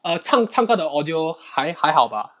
err 唱唱歌的 audio 还还好吧